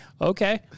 Okay